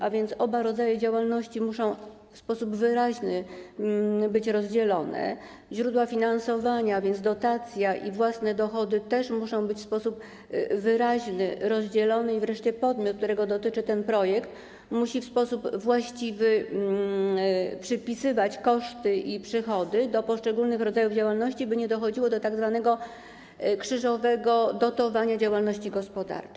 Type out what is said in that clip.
A więc oba rodzaje działalności muszą w sposób wyraźny być rozdzielone, źródła finansowania, a więc dotacja i dochody własne, też muszą być w sposób wyraźny rozdzielone, wreszcie podmiot, którego dotyczy ten projekt, musi w sposób właściwy przypisywać koszty i przychody do poszczególnych rodzajów działalności, by nie dochodziło do tzw. krzyżowego dotowania działalności gospodarczej.